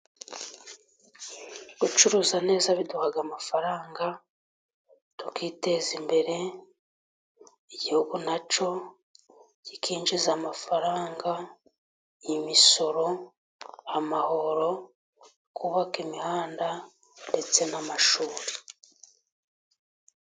Gucuruza neza biduha amafaranga tukiteza imbere, Igihugu na cyo kikinjiza amafaranga, imisoro, amahoro, kubaka imihanda ndetse n'amashuri.